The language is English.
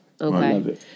okay